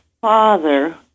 father